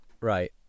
right